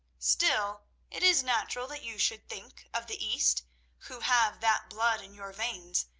still, it is natural that you should think of the east who have that blood in your veins,